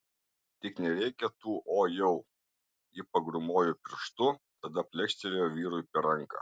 tik nereikia tų o jau ji pagrūmojo pirštu tada plekštelėjo vyrui per ranką